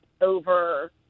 over